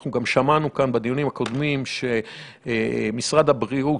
אנחנו גם שמענו כאן בדיונים הקודמים שמשרד הבריאות